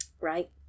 Right